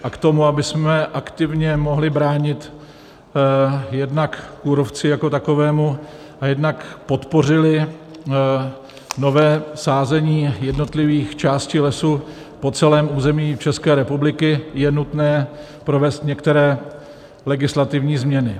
A k tomu, abychom aktivně mohli bránit jednak kůrovci jako takovému a jednak podpořili nové sázení jednotlivých částí lesů po celém území České republiky, je nutné provést některé legislativní změny.